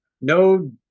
no